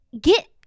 get